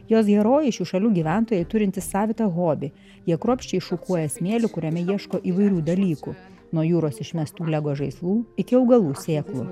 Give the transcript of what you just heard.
jos herojai šių šalių gyventojai turintys savitą hobį jie kruopščiai šukuoja smėlį kuriame ieško įvairių dalykų nuo jūros išmestų lego žaislų iki augalų sėklų